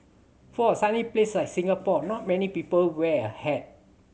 for a sunny place like Singapore not many people wear a hat